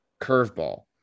curveball